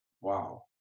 Wow